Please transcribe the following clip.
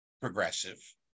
progressive